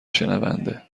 شنونده